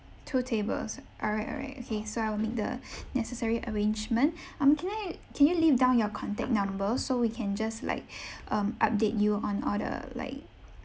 two tables all right all right okay so I'll make the necessary arrangement um can I can you leave down your contact number so we can just like um update you on all the like